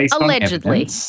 allegedly